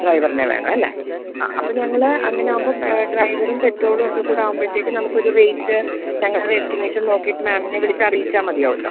ഡ്രൈവറിനെ വേണം അല്ലേ ആ അപ്പം ഞങ്ങൾ അങ്ങനെ ആവുമ്പോൾ ഡ്രൈവറും പെട്രോളുമൊക്കെ കൂടെ ആവുമ്പോഴത്തേക്ക് നമുക്കൊരു റേറ്റ് ഞങ്ങളൊരു എസ്റ്റിമേഷൻ നോക്കിയിട്ട് മാമിനെ വിളിച്ചറിയിച്ചാൽ മതിയാവുമല്ലോ